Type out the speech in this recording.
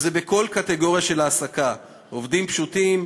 זה בכל קטגוריה של העסקה: עובדים פשוטים,